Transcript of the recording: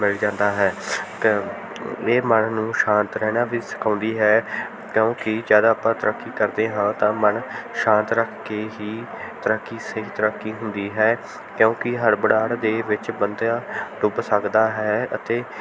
ਮਿਲ ਜਾਂਦਾ ਹੈ ਇਹ ਮਨ ਨੂੰ ਸ਼ਾਂਤ ਰਹਿਣਾ ਵੀ ਸਿਖਾਉਂਦੀ ਹੈ ਕਿਉਂਕਿ ਜਦ ਆਪਾਂ ਤੈਰਾਕੀ ਕਰਦੇ ਹਾਂ ਤਾਂ ਮਨ ਸ਼ਾਂਤ ਰੱਖ ਕੇ ਹੀ ਤੈਰਾਕੀ ਸਹੀ ਤੈਰਾਕੀ ਹੁੰਦੀ ਹੈ ਕਿਉਂਕਿ ਹੜਬੜਾਹਟ ਦੇ ਵਿੱਚ ਬੰਦਾ ਡੁੱਬ ਸਕਦਾ ਹੈ ਅਤੇ